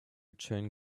chain